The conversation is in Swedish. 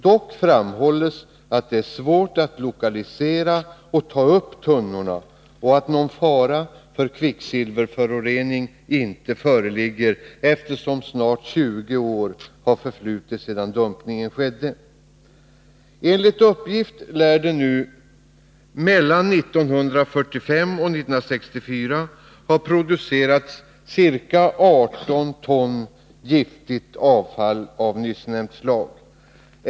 Dock framhålles att det är svårt att lokalisera och ta upp tunnorna och att någon fara för kvicksilverförorening inte föreligger, eftersom snart 20 år har förflutit sedan dumpningen skedde. Enligt uppgift lär det mellan 1945 och 1964 ha producerats ca 18 ton giftigt avfall av nyssnämnt slag.